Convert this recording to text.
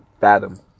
fathom